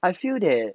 I feel that